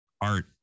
art